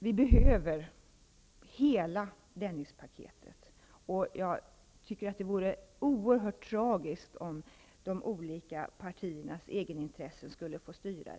Vi behöver hela Dennispaketet, och jag tycker att det vore oerhört tragiskt om de olika partiernas egetintresse skulle få styra.